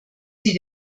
sie